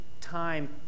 time